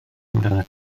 amdanat